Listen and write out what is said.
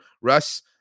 Russ